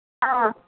ആ